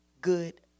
Good